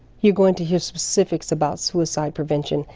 you're going to hear specific about suicide prevention,